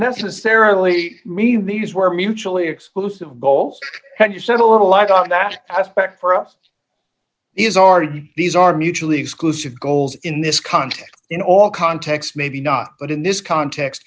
necessarily mean these were mutually exclusive goals and you set a little light on that aspect for us these are these are mutually exclusive goals in this context in all contexts maybe not but in this context